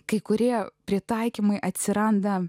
kai kurie pritaikymai atsiranda